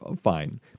fine